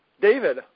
David